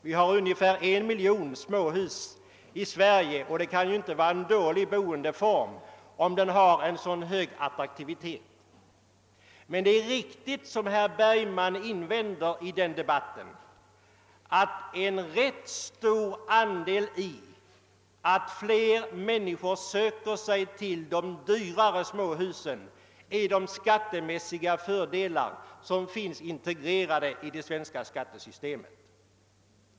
Vi har också ungefär en miljon småhus här i landet, och det kan inte vara någon dålig boendeform när den har så stark attraktivitet. Men det är också riktigt som herr Bergman sade, att en ganska stor andel i att allt fler människor söker sig till de dyrare småhusen är de skattemässiga fördelar som finns integrerade i vårt skattesystem.